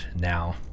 now